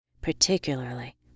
particularly